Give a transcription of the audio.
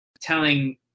telling